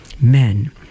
men